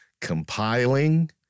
compiling